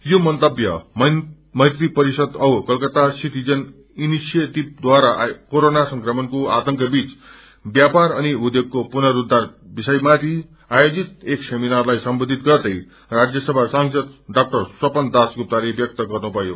यो मन्तव्य मैत्री परिषद औ कतकत्ता सिटिजन इनिसिएटिथ द्वारा क्रेरोना संक्रमणको आतंकबीच व्यापर अनि उध्योगको पुनद्वार विषयमाथि आयोजित एक सेमिनारलाई सम्बोधित गर्दै राज्यसभा सांसद डा स्वपन दास गुप्ताले व्यक्त गर्नुभयो